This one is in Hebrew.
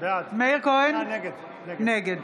כהן, נגד